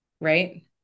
right